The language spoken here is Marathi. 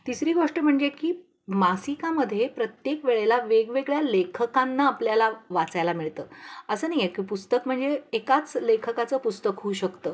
तिसरी गोष्ट म्हणजे की मासिकामध्ये प्रत्येक वेळेला वेगवेगळ्या लेखकांना आपल्याला वाचायला मिळतं असं नाही आहे की पुस्तक म्हणजे एकाच लेखकाचं पुस्तक होऊ शकतं